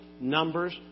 Numbers